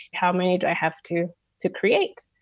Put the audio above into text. how many do i have to to create?